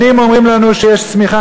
שנים אומרים לנו שיש צמיחה.